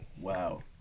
Wow